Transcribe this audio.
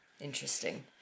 interesting